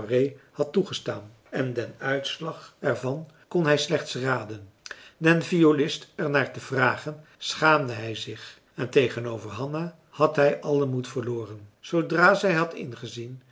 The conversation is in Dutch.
had toegestaan en den uitslag er van kon hij slechts raden den violist er naar te vragen schaamde hij zich en tegenover hanna had hij allen moed verloren zoodra zij had ingezien